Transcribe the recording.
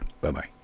bye-bye